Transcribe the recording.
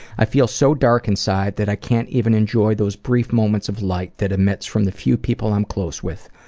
i feel so dark inside that i can't even enjoy those brief moments of light that emits from the few people i'm close with.